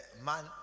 man